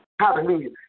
Hallelujah